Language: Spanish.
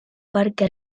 parque